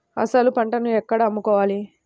అసలు పంటను ఎక్కడ అమ్ముకోవాలి?